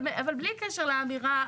אבל בלי קשר לאמירה,